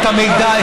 את המידע,